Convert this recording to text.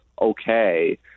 okay